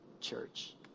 church